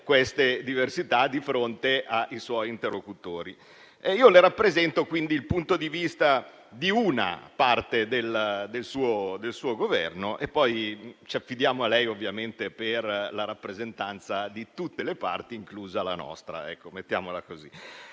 queste diversità di fronte ai suoi interlocutori. Le rappresento, quindi, il punto di vista di una parte del suo Governo e poi ci affidiamo a lei, ovviamente, per la rappresentanza di tutte le parti, inclusa la nostra.